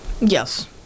Yes